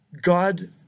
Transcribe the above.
God